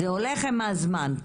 זה קורה עם הזמן.